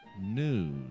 News